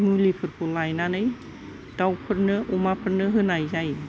मुलिफोरखौ लायनानै दावफोरनो अमाफोरनो होनाय जायो